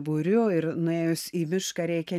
būriu ir nuėjus į mišką reikia